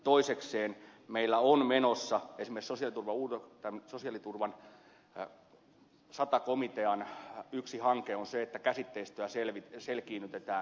toisekseen esimerkiksi sosiaaliturvan sata komitean yksi hanke on se että käsitteistöä selkiinnytetään